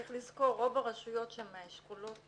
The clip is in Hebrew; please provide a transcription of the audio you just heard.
צריך לזכור, רוב הרשויות שהן מהאשכולות